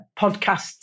podcasts